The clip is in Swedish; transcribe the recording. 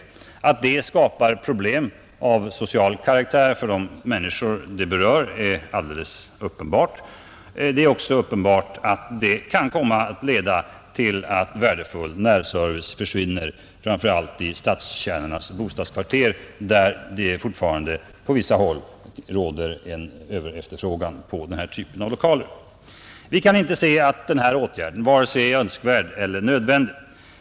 Att detta skapar problem av social karaktär för de människor det berör är alldeles uppenbart. Det kan också leda till att värdefull närservice försvinner, framför allt i stadskärnornas bostadskvarter, där det fortfarande på vissa håll råder en överefterfrågan på denna typ av lokaler. Vi kan inte se att den här åtgärden är vare sig önskvärd eller nödvändig.